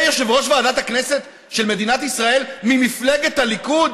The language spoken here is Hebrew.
זה יושב-ראש ועדת הכנסת של מדינת ישראל ממפלגת הליכוד